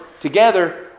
together